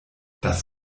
das